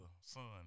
son